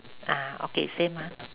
ah okay same ah